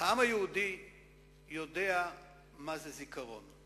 העם היהודי יודע מה זה זיכרון.